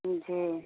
जी